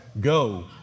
go